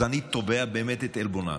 אז אני תובע באמת את עלבונם.